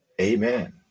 amen